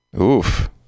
oof